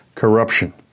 Corruption